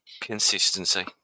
consistency